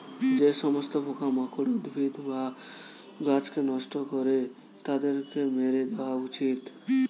যে সমস্ত পোকামাকড় উদ্ভিদ বা গাছকে নষ্ট করে তাদেরকে মেরে দেওয়া উচিত